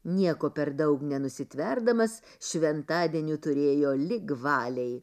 nieko per daug nenusitverdamas šventadienių turėjo lig valiai